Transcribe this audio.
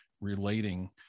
relating